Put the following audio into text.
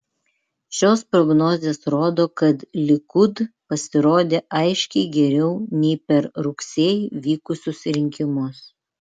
šios prognozės rodo kad likud pasirodė aiškiai geriau nei per rugsėjį vykusius rinkimus